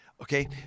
Okay